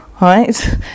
Right